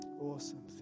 Awesome